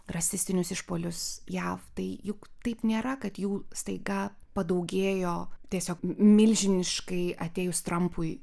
rasistinius išpuolius jav tai juk taip nėra kad jų staiga padaugėjo tiesiog milžiniškai atėjus trampui